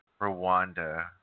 Rwanda